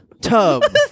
Tub